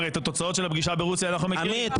הרי את התוצאות של הפגישה ברוסיה אנחנו מכירים --- עמית,